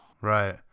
Right